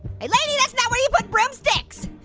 hey, lady, that's not where you put broomsticks.